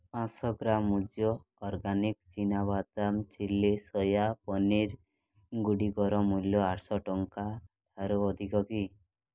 ପାଞ୍ଚଶହ ଗ୍ରାମ ମୂଜ ଅର୍ଗାନିକ୍ ଚିନା ବାଦାମ ଚିଲ୍ଲି ସୋୟା ପନିର୍ଗୁଡ଼ିକର ମୂଲ୍ୟ ଆଠଶହ ଟଙ୍କାରୁ ଅଧିକ କି